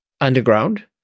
underground